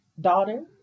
daughter